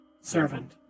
servant